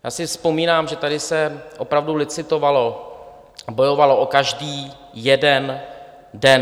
Já si vzpomínám, že tady se opravdu licitovalo a bojovalo o každý jeden den.